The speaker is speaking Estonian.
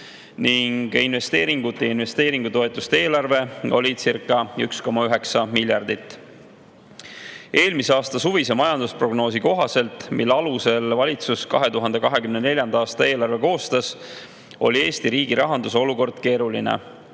ning investeeringute ja investeeringutoetuste eelarve olicirca1,9 miljardit. Eelmise aasta suvise majandusprognoosi kohaselt, mille alusel valitsus 2024. aasta eelarve koostas, oli Eesti riigi rahanduse olukord keeruline.